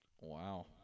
Wow